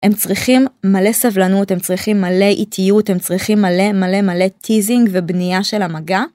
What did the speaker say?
הם צריכים מלא סבלנות הם צריכים מלא איטיות הם צריכים מלא מלא מלא טיזינג ובנייה של המגע.